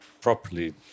properly